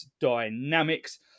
dynamics